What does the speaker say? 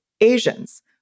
Asians